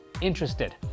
interested